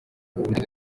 uburyo